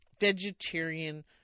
vegetarian